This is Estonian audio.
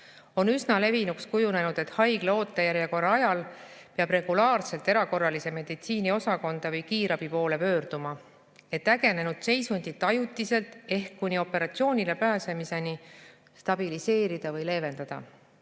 On üsna levinuks kujunenud, et haigla ootejärjekorra ajal peab regulaarselt erakorralise meditsiini osakonda või kiirabi poole pöörduma, et ägenenud seisundit ajutiselt ehk kuni operatsioonile pääsemiseni stabiliseerida või leevendada.